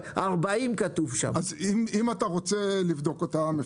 כתוב שם 40. אם אתה רוצה לבדוק אותם,